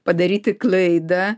padaryti klaidą